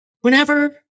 whenever